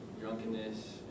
drunkenness